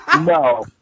No